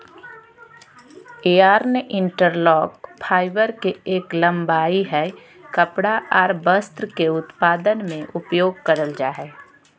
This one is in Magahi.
यार्न इंटरलॉक, फाइबर के एक लंबाई हय कपड़ा आर वस्त्र के उत्पादन में उपयोग करल जा हय